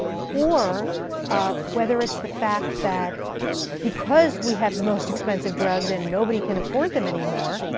or whether it's the fact that because we have the most expensive drugs and nobody can afford them anymore,